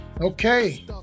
okay